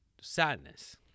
sadness